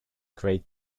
great